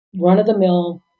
run-of-the-mill